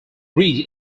ridge